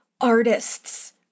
artists